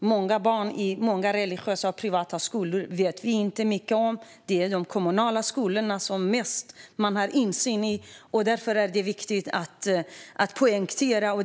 Många barn som finns i religiösa eller privata skolor vet vi inte mycket om, utan det är mest de kommunala skolorna som man har insyn i. Det är viktigt att poängtera detta.